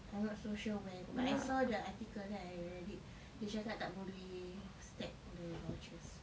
I not so sure when but I saw the article then I read it dia cakap tak boleh stack the vouchers